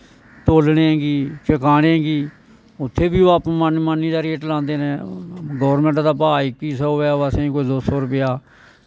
तोलने गी चकाने गी उत्थें बी ओह् मनमानी दा रेट लांदे न गौरमैंट दा भा इक्की सौ ऐ ओह् असें कोई दो सौ रपेआ